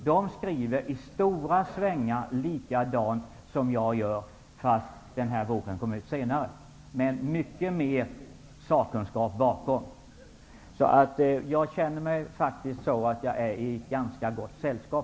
De skriver i stora svängar likadant som jag gör -- fast boken kom ut senare. Men det ligger alltså mycket mer av sakkunskap bakom. Jag känner att jag befinner mig i gott sällskap.